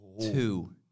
Two